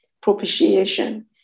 propitiation